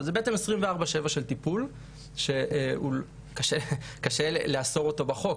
זה בעצם 24/7 של טיפול שקשה לאסור אותו בחוק,